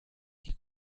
die